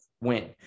win